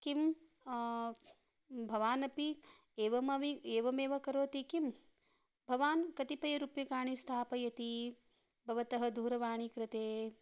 किं भवानपि एवमवि एवमेव करोति किं भवान् कतिपयरूप्यकाणि स्थापयति भवतः दूरवाणी कृते